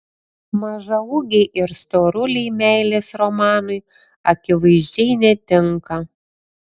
mažaūgiai ir storuliai meilės romanui akivaizdžiai netinka